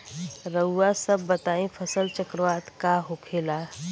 रउआ सभ बताई फसल चक्रवात का होखेला?